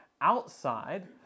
outside